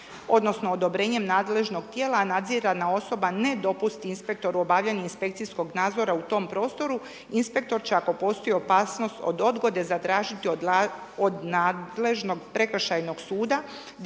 odnosno odobrenjem nadležnog tijela, nadzirana osoba ne dopusti inspektoru obavljanje inspekcijskog nadzora u tom prostoru, inspektor će ako postoji opasnost od odgode, zatražiti od nadležnog prekršajnog suda